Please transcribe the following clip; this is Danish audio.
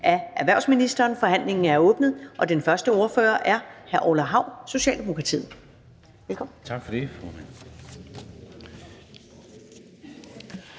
Ellemann): Forhandlingen er åbnet, og den første ordfører er hr. Orla Hav, Socialdemokratiet. Velkommen.